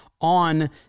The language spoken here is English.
on